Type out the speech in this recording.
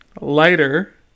lighter